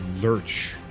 lurch